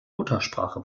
muttersprache